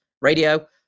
Radio